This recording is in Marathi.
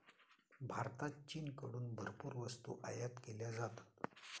भारतात चीनकडून भरपूर वस्तू आयात केल्या जातात